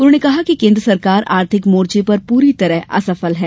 उन्होंने कहा कि केंद्र सरकार आर्थिक मोर्चे पर पूरी तरह असफल है